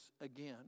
again